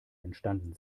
entstanden